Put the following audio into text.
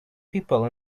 people